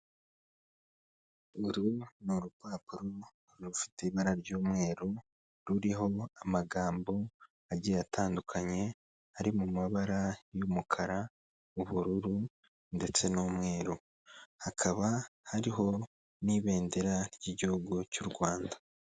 Uru ni urupapuro rufite ibara ry'umweru, ruriho amagambo agiye atandukanye, ari mu mabara y'umukara, ubururu ndetse n'umweru. Hakaba hariho n'ibendera ry'igihugu cy'u Rwanda.